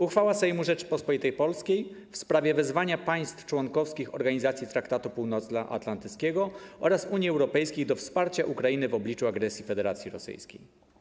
Uchwała Sejmu Rzeczypospolitej Polskiej w sprawie wezwania państw członkowskich Organizacji Traktatu Północnoatlantyckiego oraz Unii Europejskiej do wsparcia Ukrainy w obliczu agresji Federacji Rosyjskiej.